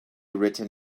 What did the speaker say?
written